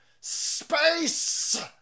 SPACE